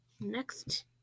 next